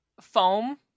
Foam